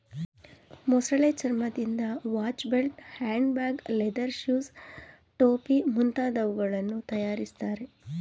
ಮೊಸಳೆ ಚರ್ಮದಿಂದ ವಾಚ್ನ belt, hand bag, leather shoes, ಟೋಪಿ ಮುಂತಾದವುಗಳನ್ನು ತರಯಾರಿಸ್ತರೆ